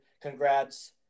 congrats